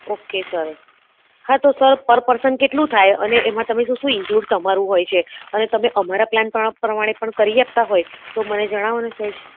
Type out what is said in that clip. okay sir હા તો sir per person કેટલું થાય અને એમાં તમે શું શું ઇન્ક્લુડ તમારું હોય છે અને તમે અમારા પ્લાન પ્રમાણે પણ કરી આપતા હોય તો મને જણાવો ને સહેજ